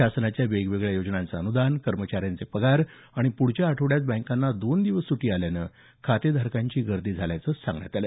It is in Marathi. शासनाच्या वेगवेगळ्या योजनांचं अनुदान कर्मचाऱ्यांचे पगार आणि प्ढच्या आठवड्यात बँकांना दोन दिवस सुटी आल्यानं खातेधारकांची गर्दी केल्याचं सांगण्यात आलं